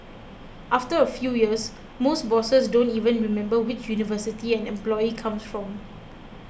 after a few years most bosses don't even remember which university an employee comes from